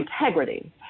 integrity